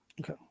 Okay